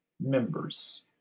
members